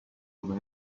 over